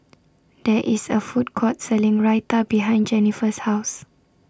There IS A Food Court Selling Raita behind Jenniffer's House